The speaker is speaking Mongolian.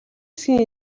засгийн